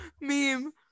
meme